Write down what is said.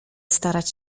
starać